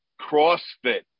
CrossFit